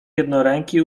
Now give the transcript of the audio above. jednoręki